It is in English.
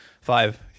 Five